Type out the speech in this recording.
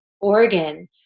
organ